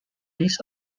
list